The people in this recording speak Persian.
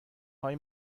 های